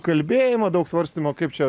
kalbėjimo daug svarstymo kaip čia